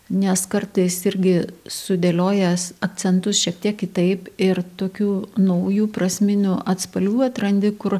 nes kartais irgi sudėliojęs akcentus šiek tiek kitaip ir tokių naujų prasminių atspalvių atrandi kur